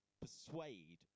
persuade